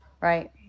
right